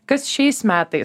kas šiais metais